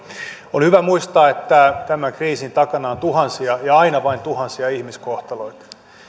on hyvä muistaa että tämän kriisin takana on tuhansia ja aina vaan tuhansia ihmiskohtaloita